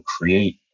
create